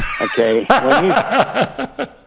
Okay